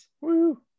Woo